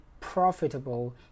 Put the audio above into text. profitable